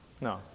No